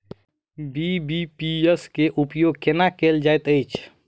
BBPS केँ उपयोग केना कएल जाइत अछि?